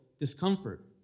discomfort